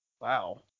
Wow